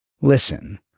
Listen